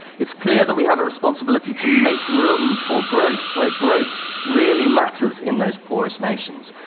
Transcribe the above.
it's clear that we have a responsibility to make room for growth where growth really matters in those poorest nations.